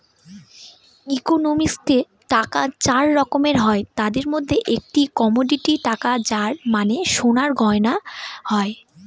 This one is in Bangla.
ইকোনমিক্সে টাকা চার রকমের হয় তাদের মধ্যে একটি কমোডিটি টাকা যার মানে সোনার গয়না হয়